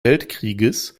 weltkrieges